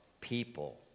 people